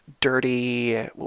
Dirty